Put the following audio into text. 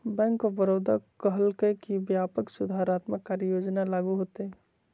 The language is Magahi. बैंक ऑफ बड़ौदा कहलकय कि व्यापक सुधारात्मक कार्य योजना लागू होतय